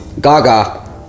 Gaga